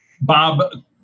Bob